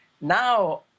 Now